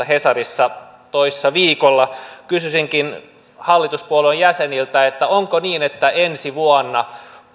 hesarissa toissa viikolla kysyisinkin hallituspuolueiden jäseniltä onko niin että ensi vuonna